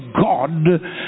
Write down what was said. God